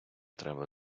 треба